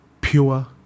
pure